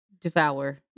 Devour